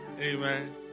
Amen